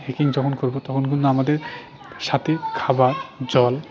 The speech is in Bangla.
হাইকিং যখন করবো তখন কিন্তু আমাদের সাথে খাবার জল